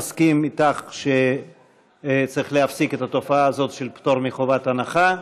אני מסכים איתך שצריך להפסיק את התופעה של פטור מחובת הנחה,